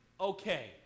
Okay